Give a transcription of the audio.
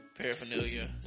paraphernalia